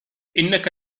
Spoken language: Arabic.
إنك